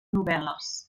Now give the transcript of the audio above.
novel·les